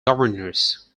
governors